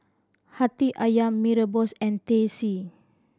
Hati Ayam Mee Rebus and Teh C